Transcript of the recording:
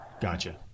Gotcha